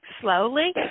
slowly